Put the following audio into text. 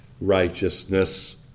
righteousness